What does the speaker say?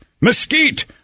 mesquite